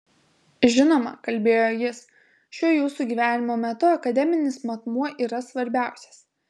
žinoma kalbėjo jis šiuo jūsų gyvenimo metu akademinis matmuo yra svarbiausias